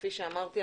כפי שאמרתי,